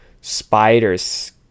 spiders